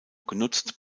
genutzt